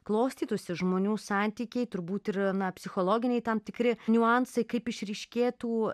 klostytųsi žmonių santykiai turbūt ir na psichologiniai tam tikri niuansai kaip išryškėtų